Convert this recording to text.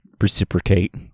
reciprocate